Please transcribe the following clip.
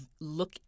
look